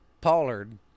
Pollard